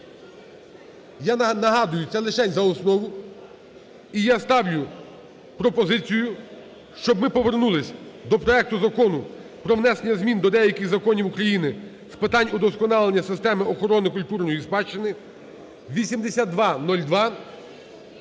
Я нагадую, це лишень за основу. І я ставлю пропозицію, щоб ми повернулись до проекту Закону "Про внесення змін до деяких законів України з питань удосконалення системи охорони культурної спадщини" (8202).